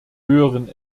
höheren